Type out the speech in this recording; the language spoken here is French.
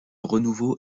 renouveau